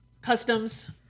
Customs